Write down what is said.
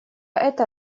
это